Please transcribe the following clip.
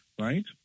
right